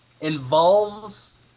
involves